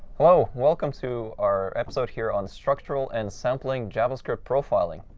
hello. welcome to our episode here on structural and sampling javascript profiling,